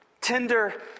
tender